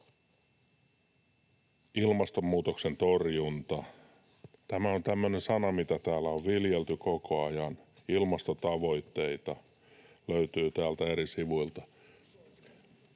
”Ilmastonmuutoksen torjunta” — tämä on tämmöinen sana, mitä täällä on viljelty koko ajan. ”Ilmastotavoitteita” löytyy täältä eri sivuilta.